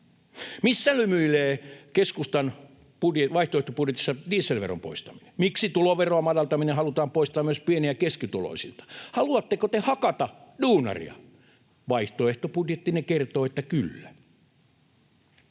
Missä lymyilee keskustan vaihtoehtobudjetissa dieselveron poistaminen? Miksi tuloveron madaltaminen halutaan poistaa myös pieni‑ ja keskituloisilta? Haluatteko te hakata duunaria? Vaihtoehtobudjettinne kertoo, että kyllä.